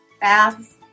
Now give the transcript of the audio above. baths